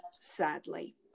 sadly